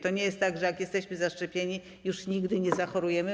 To nie jest tak, że jak jesteśmy zaszczepieni, to już nigdy nie zachorujemy.